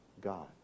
God